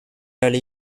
early